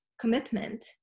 commitment